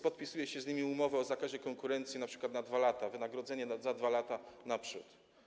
Podpisuje się z nimi umowy o zakazie konkurencji np. na 2 lata, dotyczy to wynagrodzenia za 2 lata naprzód.